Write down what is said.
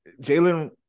Jalen –